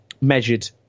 measured